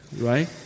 right